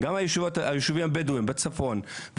גם הישובים הבדואים בצפון,